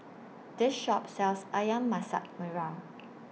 This Shop sells Ayam Masak Merah